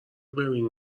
ببینین